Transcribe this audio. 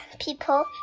people